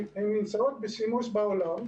והן נמצאות בשימוש בעולם,